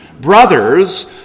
brothers